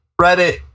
reddit